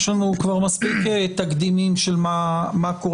יש לנו מספיק תקדימים של מה קורה